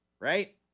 right